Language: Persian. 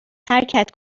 حرکت